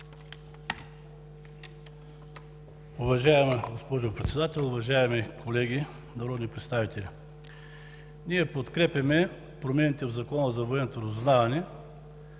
Уважаема госпожо Председател, уважаеми колеги народни представители! Ние подкрепяме промените в Закона за военното разузнаване,